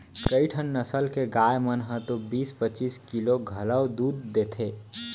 कइठन नसल के गाय मन ह तो बीस पच्चीस किलो घलौ दूद देथे